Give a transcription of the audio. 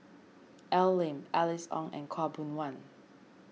Al Lim Alice Ong and Khaw Boon Wan